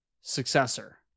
successor